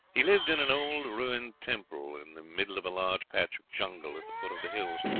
he lived in an old ruined temple, in the middle of a large patch of jungle at the foot of the hills,